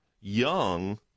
young